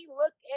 look